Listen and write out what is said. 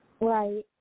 Right